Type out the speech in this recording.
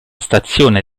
stazione